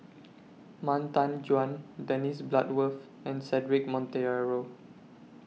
Han Tan Juan Dennis Bloodworth and Cedric Monteiro